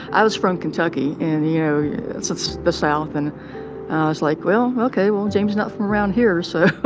i was from kentucky. and, you know, it's it's the south. and i was like, well, ok, well, jamie's not from around here, so.